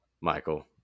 Michael